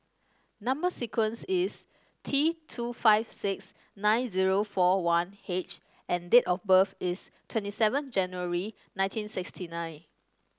number sequence is T two five six nine zero four one H and date of birth is twenty seven January nineteen sixty nine